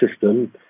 system